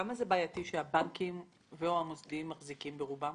כמה זה בעייתי שהבנקים ו/או המוסדיים מחזיקים ברובם?